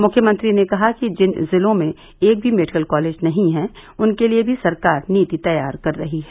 मुख्यमंत्री ने कहा कि जिन जिलों में एक भी मेडिकल कॉलेज नहीं हैं उनके लिए भी सरकार नीति तैयार कर रही है